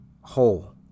whole